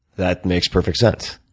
that makes perfect sense.